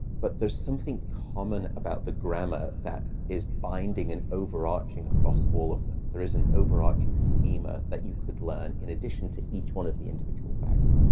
but there's something common about the grammar that is binding and overarching across all of them. there is an overarching schema that you could learn in addition to each one of the individual facts.